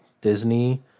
Disney